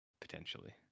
Potentially